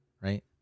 Right